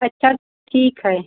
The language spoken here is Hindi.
अच्छा ठीक है